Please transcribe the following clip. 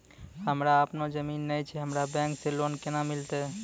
हमरा आपनौ जमीन नैय छै हमरा बैंक से लोन केना मिलतै?